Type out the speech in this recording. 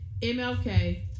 MLK